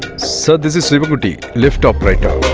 so this is shivankutty, lift operator